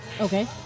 Okay